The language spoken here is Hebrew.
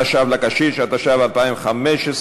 התשע"ו 2015,